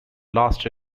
last